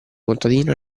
contadino